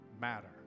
matter